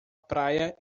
praia